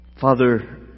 Father